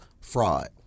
Fraud